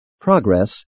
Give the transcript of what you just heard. progress